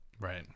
Right